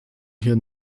hier